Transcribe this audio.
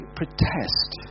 protest